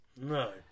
No